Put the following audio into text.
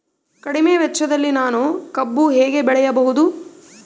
ಕಡಿಮೆ ವೆಚ್ಚದಲ್ಲಿ ನಾನು ಕಬ್ಬು ಹೇಗೆ ಬೆಳೆಯಬಹುದು?